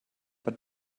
but